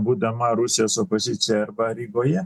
būdama rusijos opozicija arba rygoje